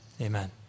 Amen